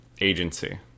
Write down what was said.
agency